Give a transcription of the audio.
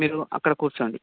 మీరు అక్కడ కూర్చోండి